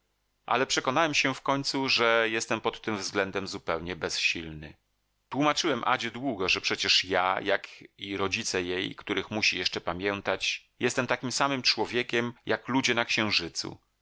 ale przekonałem się w końcu że jestem pod tym względem zupełnie bezsilny tłumaczyłem adzie długo że przecież ja jak i rodzice jej których musi jeszcze pamiętać jestem takim samym człowiekiem jak ludzie na księżycu